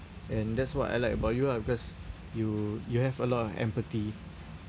and that's what I like about you ah because you you have a lot of empathy